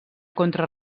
contra